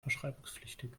verschreibungspflichtig